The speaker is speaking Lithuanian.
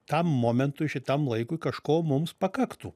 tam momentui šitam laikui kažko mums pakaktų